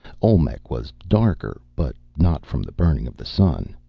olmec was darker, but not from the burning of the sun.